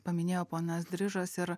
paminėjo ponas drižas ir